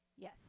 Yes